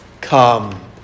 come